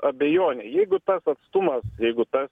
abejonė jeigu tas atstumas jeigu ta